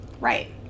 Right